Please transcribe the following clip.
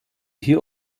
hier